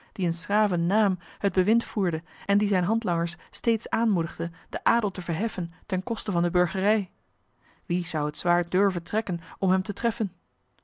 die in's graven naam het bewind voerde en die zijne handlangers steeds aanmoedigde den adel te verheffen ten koste van de burgerij wie zou het zwaard durven trekken om hem te treffen